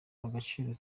agaciro